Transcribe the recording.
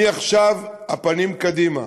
מעכשיו הפנים קדימה.